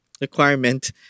requirement